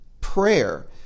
prayer